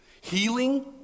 Healing